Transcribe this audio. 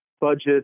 budget